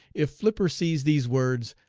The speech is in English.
if flipper sees these words,